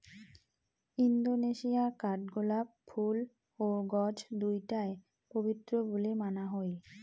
Indonesia কাঠগোলাপ ফুল ও গছ দুইটায় পবিত্র বুলি মানা হই